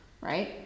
right